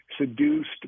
seduced